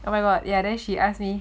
oh my god ya then she ask me